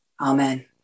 Amen